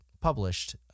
published